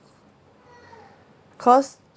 cause